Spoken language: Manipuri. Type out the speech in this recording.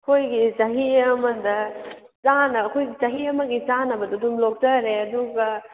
ꯑꯩꯈꯣꯏꯒꯤ ꯆꯍꯤ ꯑꯃꯗ ꯆꯥꯅ ꯑꯩꯈꯣꯏ ꯆꯍꯤ ꯑꯃꯒꯤ ꯆꯥꯅꯕꯗꯨꯑꯗꯨꯝ ꯂꯣꯛꯆꯔꯦ ꯑꯗꯨꯒ